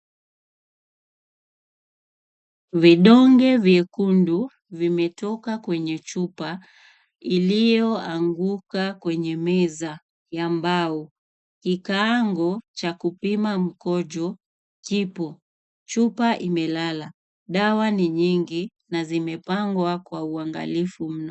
Vidonge vyekundu vimetoka kwenye chupa iliyoanguka kwenye meza ya mbao kikaango cha kupima mkojo kipo. Chupa imelala, dawa ni nyingi na zimepangwa kwa uangalifu mno.